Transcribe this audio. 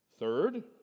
Third